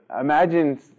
imagine